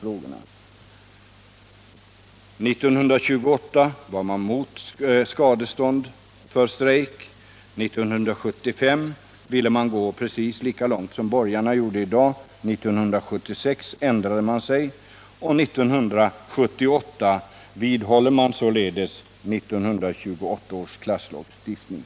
1928 var socialdemokraterna emot skadestånd vid strejk, 1975 ville de gå precis lika långt som borgarna gör i dag, 1976 ändrade de sig och 1978 håller de fast vid 1928 års klasslagstiftning.